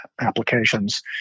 applications